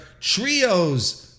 trios